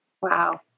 Wow